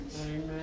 Amen